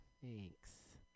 Thanks